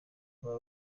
kuba